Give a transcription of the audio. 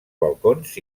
balcons